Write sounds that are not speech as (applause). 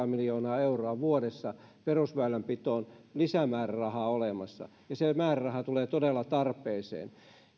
(unintelligible) miljoonaa euroa vuodessa perusväylänpitoon lisämäärärahaa olemassa ja se määräraha tulee todella tarpeeseen